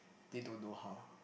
they don't know how